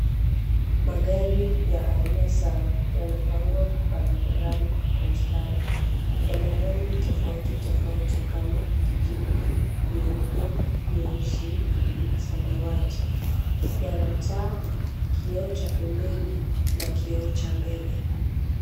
Magari ya aina sawa yamepangwa barabarani kwa mstari. Yana rangi tofauti tofauti kama kijivu, nyeupe, nyeusi, samawati. Yana taa, kioo cha pembeni na kioo cha mbele.